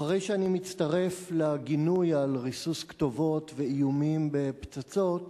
אחרי שאני מצטרף לגינוי של ריסוס כתובות ואיומים בפצצות,